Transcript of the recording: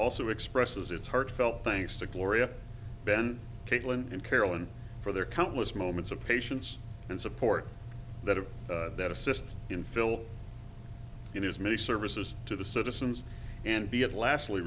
also expresses its heartfelt thanks to gloria ben caitlin and carolyn for their countless moments of patience and support that have that assists in phil it is many services to the citizens and be at last we